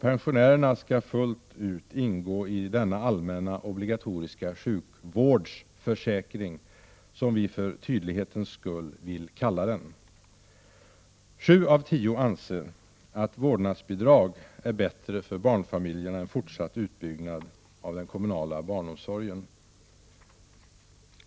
Pensionärerna skall fullt ut ingå i denna allmänna, obligatoriska sjukvårdsförsäkring — som vi för tydlighetens skull vill kalla den. Sju av tio anser att vårdnadsbidrag är bättre för barnfamiljerna än en fortsatt utbyggnad av den kommunala barnomsorgen.